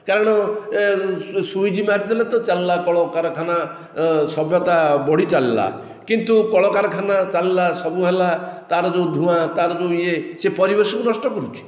କାରଣ ସୁଇଚ ମାରିଦେଲେ ତ ଚାଲିଲା କଳକାରଖାନା ସଭ୍ୟତା ବଢ଼ି ଚାଲିଲା କିନ୍ତୁ କଳକାରଖାନା ଚାଲିଲା ସବୁ ହେଲା ତାର ଯେଉଁ ଧୂଆଁ ତାର ଯେଉଁ ଇଏ ସେ ପରିବେଶକୁ ନଷ୍ଟ କରୁଛି